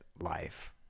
life